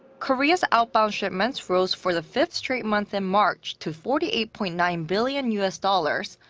korea's outbound shipments rose for the fifth straight month in march to forty eight point nine billion u s. dollars,